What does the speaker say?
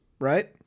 right